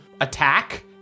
attack